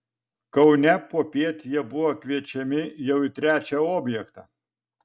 kaune popiet jie buvo kviečiami jau į trečią objektą